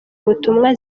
ubutumwa